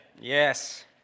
Yes